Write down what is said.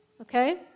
okay